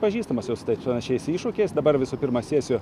pažįstamas jau su tais panašiais iššūkiais dabar visų pirma sėsiu